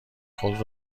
خود